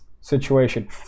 Situation